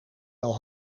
wel